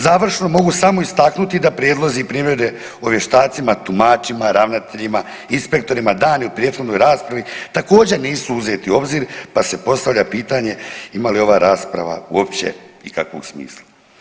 Završno mogu samo istaknuti da prijedlozi i primjedbe o vještacima, tumačima, ravnateljima, inspektorima danim u prethodnoj raspravi također nisu uzeti u obzir, pa se postavlja pitanje ima li ova rasprava uopće ikakvog smisla.